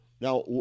now